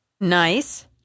Nice